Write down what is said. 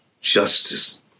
justice